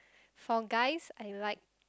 for guys I like